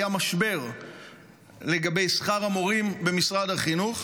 היה משבר לגבי שכר המורים במשרד החינוך,